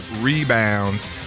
rebounds